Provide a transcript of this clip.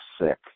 sick